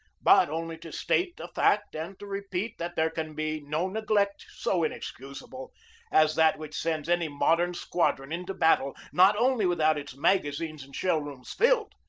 but only to state a fact and to repeat that there can be no neglect so inexcusable as that which sends any modern squadron into battle not only without its magazines and shell rooms filled,